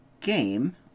game